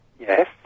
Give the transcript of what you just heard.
Yes